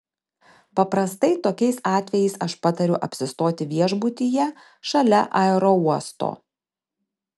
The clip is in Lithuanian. paprastai tokiais atvejais aš patariu apsistoti viešbutyje šalia aerouosto